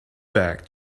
back